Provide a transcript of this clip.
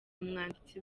umwanditsi